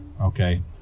okay